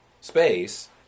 space